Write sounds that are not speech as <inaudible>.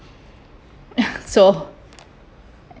<laughs> so